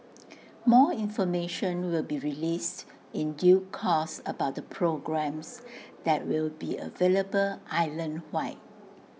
more information will be released in due course about the programmes that will be available island wide